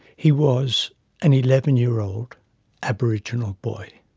he was an eleven year old aboriginal boy.